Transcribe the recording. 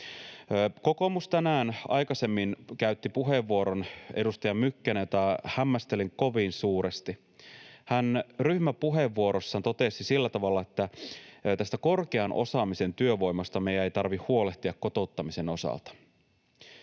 Mykkänen tänään aikaisemmin käytti puheenvuoron, jota hämmästelin kovin suuresti. Hän ryhmäpuheenvuorossaan totesi sillä tavalla, että tästä korkean osaamisen työvoimasta meidän ei tarvitse huolehtia kotouttamisen osalta,